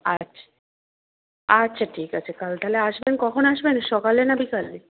আচ্ছা আচ্ছা ঠিক আছে কাল তাহলে আসবেন কখন আসবেন সকালে না বিকালে